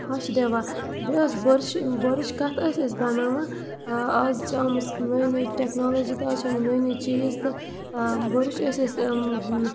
پھَش دِوان بیٚیہِ اوس بُرشہٕ بٕرٕش کَتھ ٲسۍ أسۍ بَناوان آز چھِ آمٕژ نٔے نٔے ٹٮ۪کنالجی تہٕ آز چھِ آمٕتۍ نٔے نٔے چیٖز تہٕ بٕرٕش ٲسۍ أسۍ